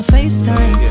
FaceTime